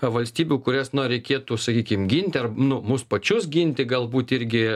valstybių kurias na reikėtų sakykim ginti ar nu mus pačius ginti galbūt irgi